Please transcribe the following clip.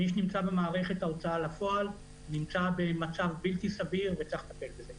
מי שנמצא במערכת ההוצאה לפועל נמצא במצב בלתי-סביר וצריך לטפל בזה,